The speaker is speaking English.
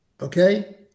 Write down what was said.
okay